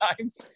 times